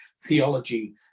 theology